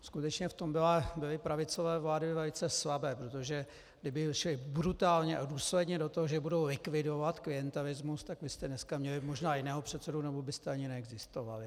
Skutečně v tom byly pravicové vlády velice slabé, protože kdyby šly brutálně a důsledně do toho, že budou likvidovat klientelismus, tak vy jste dneska měli možná jiného předsedu nebo byste ani neexistovali.